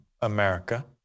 America